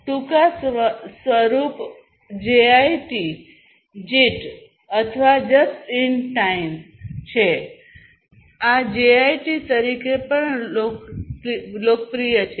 ટૂંકા સ્વરૂપ જેઆઈટી અથવા જસ્ટ ઇન ટાઈમ છે તે જેઆઈટી તરીકે પણ લોકપ્રિય છે